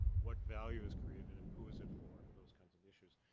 what value is created and who is it for, and those kinds of issues.